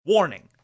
Warning